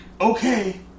Okay